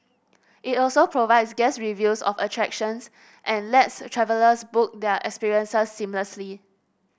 it also provides guest reviews of attractions and lets travellers book their experiences seamlessly